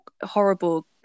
horrible